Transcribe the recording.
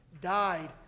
died